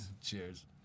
Cheers